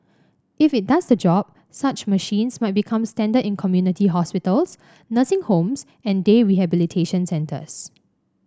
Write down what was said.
if it does the job such machines might become standard in community hospitals nursing homes and day rehabilitation centres